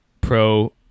pro